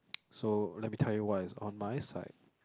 so let me tell you what is on my side